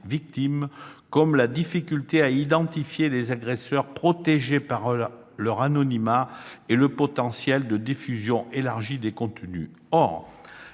comme la difficulté à identifier des agresseurs protégés par leur anonymat et le potentiel de diffusion élargi des contenus.